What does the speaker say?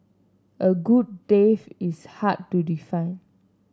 a good death is hard to define